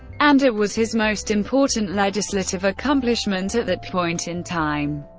and it was his most important legislative accomplishment at that point in time.